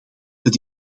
het